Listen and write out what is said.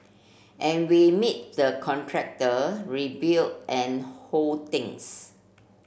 and we meet the contractor rebuild and whole things